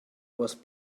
was